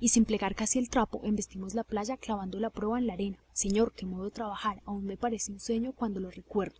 y sin plegar casi el trapo embestimos la playa clavando la proa en la arena señor qué modo de trabajar aún me parece un sueño cuando lo recuerdo